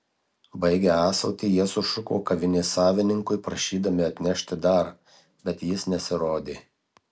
baigę ąsotį jie sušuko kavinės savininkui prašydami atnešti dar bet jis nesirodė